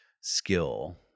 skill